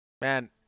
Man